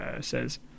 says